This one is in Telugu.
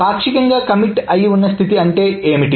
పాక్షికంగా కమిట్ అయి ఉన్న స్థితి అంటే ఏమిటి